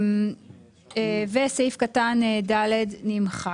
וסעיף קטן (ד) נמחק.